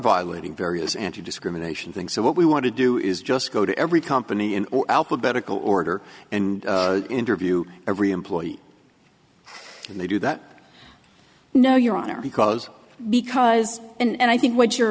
violating various anti discrimination things so what we want to do is just go to every company in alphabetical order and interview every employee and they do that no your honor because because and i think